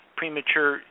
premature